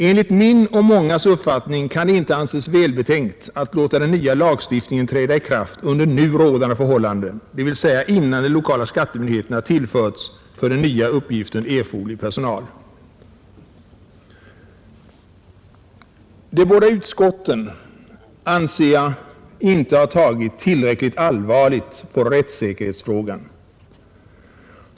Enligt min och mångas uppfattning kan det inte anses vara välbetänkt att låta den nya lagstiftningen träda i kraft under nu rådande förhållanden, dvs. innan de lokala skattemyndigheterna tillförts för den nya uppgiften erforderlig personal. De båda utskotten anser jag inte har tagit tillräckligt allvarligt på rättssäkerhetsfrågan.